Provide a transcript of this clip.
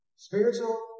Spiritual